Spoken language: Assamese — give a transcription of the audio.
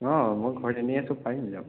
অঁ মই ঘৰত এনেই আছোঁ পাৰিম যাব